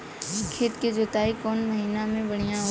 खेत के जोतईला कवन मसीन बढ़ियां होला?